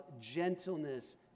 gentleness